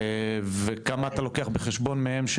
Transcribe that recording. וכמה אתה לוקח בחשבון מהם,